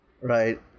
Right